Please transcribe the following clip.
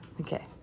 Okay